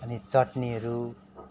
चट्नीहरू